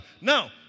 Now